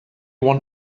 won